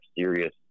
serious